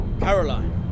Caroline